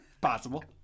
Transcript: Possible